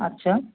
আচ্ছা